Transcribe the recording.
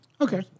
Okay